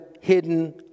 hidden